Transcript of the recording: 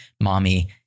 mommy